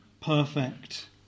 perfect